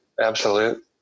absolute